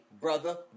brother